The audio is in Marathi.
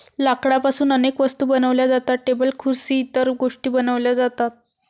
लाकडापासून अनेक वस्तू बनवल्या जातात, टेबल खुर्सी इतर गोष्टीं बनवल्या जातात